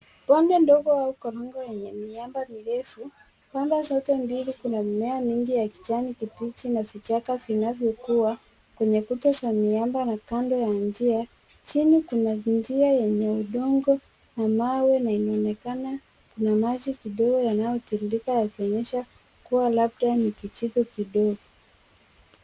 Bonde ndogo au korongo yenye miamba mirefu. Pande zote mbili kuna mimea mengi ya kijani kibichi na vichaka vinavyokua kwenye kuta za miamba na kando ya njia. Chini kuna njia yenye udongo na mawe na inaonekana kuna maji kidogo yanayotiririka yakionyesha kuwa labda ni kijiko kidogo.